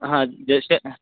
हां जसे